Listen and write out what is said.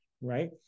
right